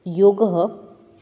योगः